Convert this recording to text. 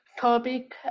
topic